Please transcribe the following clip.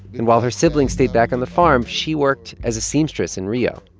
and while her siblings stayed back on the farm, she worked as a seamstress in rio.